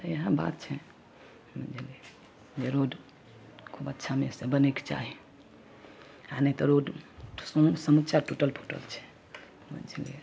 तऽ इएह बात छै बुझलियै जे रोड खूब अच्छामे सऽ बनैके चाही आ नहि तऽ रोड समूचा टूटल फूटल छै बुझलियै